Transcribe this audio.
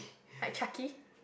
like Chucky